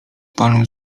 pan